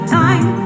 time